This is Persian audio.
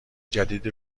جدید